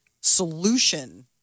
solution